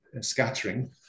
scattering